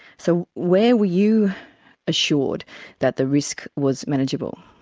so where were you assured that the risk was manageable?